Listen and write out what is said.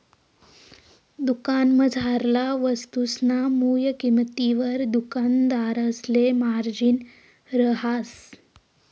दुकानमझारला वस्तुसना मुय किंमतवर दुकानदारसले मार्जिन रहास